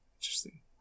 Interesting